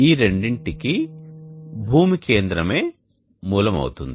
ఈ రెండింటికీ భూమి కేంద్రమే మూలం అవుతుంది